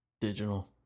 digital